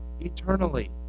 eternally